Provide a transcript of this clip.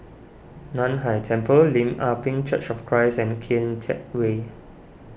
Nan Hai Temple Lim Ah Pin Church of Christ and Kian Teck Way